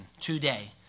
today